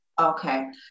Okay